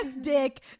dick